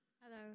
Hello